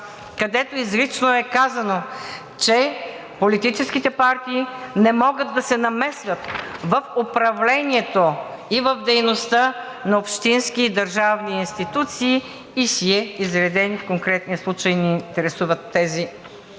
където изрично е казано, че политическите партии не могат да се намесват в управлението и в дейността на общински и държавни институции – изредени, в конкретния случай ни интересуват тези